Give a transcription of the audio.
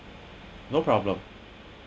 no problem